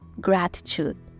gratitude